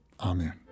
amen